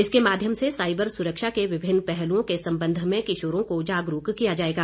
इसके माध्यम से साइबर सुरक्षा के विभिन्न पहलुओं के संबंध में किशोरों को जागरूक किया जाएगा